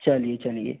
चलिए चलिए